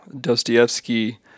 Dostoevsky